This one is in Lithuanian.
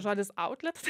žodis auklėt